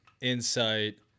insight